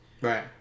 Right